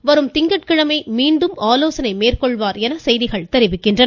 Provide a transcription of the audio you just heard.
எடப்பாடி வரும் திங்கட்கிழமை மீண்டும் ஆலோசனை மேற்கொள்வார் என செய்திகள் தெரிவிக்கின்றன